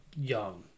young